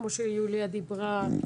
כמו שיוליה דיברה,